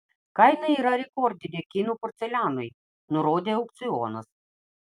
kaina yra rekordinė kinų porcelianui nurodė aukcionas